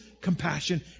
compassion